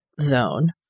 zone